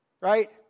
Right